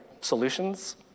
solutions